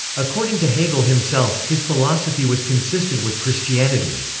according to hegel himself, his philosophy was consistent with christianity.